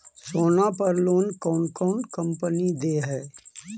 सोना पर लोन कौन कौन कंपनी दे है?